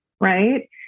Right